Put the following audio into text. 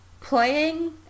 playing